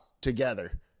together